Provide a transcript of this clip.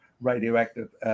radioactive